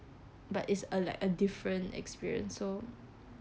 but it's a like a different experience so